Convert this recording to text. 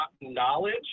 knowledge